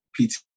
PT